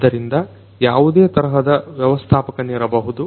ಆದ್ದರಿಂದ ಯಾವುದೇ ತರಹದ ವ್ಯವಸ್ಥಾಪಕನಿರಬಹುದು